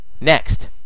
Next